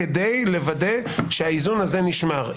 כדי לוודא שהאיזון הזה נשמר.